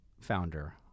founder